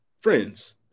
friends